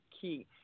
key